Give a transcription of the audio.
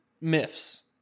myths